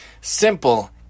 Simple